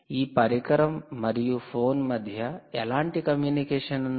ఈ పరికరం మరియు ఫోన్ మధ్య ఎలాంటి కమ్యూనికేషన్ ఉంది